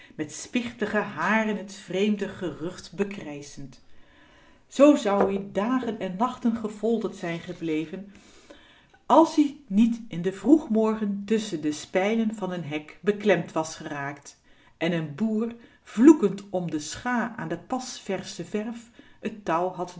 met spichtige haren t vreemde gerucht bekrijschend zoo zou-ie dagen en nachten gefolterd zijn gebleven als-ie niet in den vroegmorgen tusschen de spijlen van n hek beklemd was geraakt en n boer vloekend om de scha aan de pas versche verf t touw